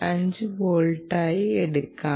5 വോൾട്ടായി എടുക്കാം